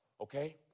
okay